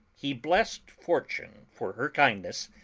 he blessed fortune for her kindness,